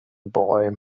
boy